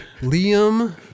Liam